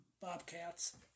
bobcats